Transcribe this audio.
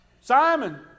Simon